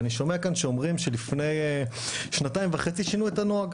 אני שומע כאן שאומרים שלפני שנתיים וחצי שינו את הנוהג